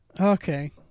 Okay